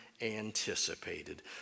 anticipated